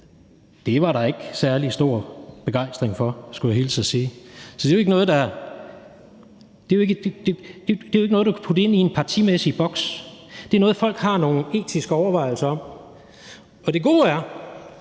Det var der ikke særlig stor begejstring for, skulle jeg hilse at sige. Så det er ikke noget, man kan putte ind i en partimæssig boks. Det er noget, folk har nogle etiske overvejelser om. Det gode er,